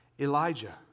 Elijah